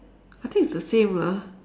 I think it's the same lah